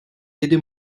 yedi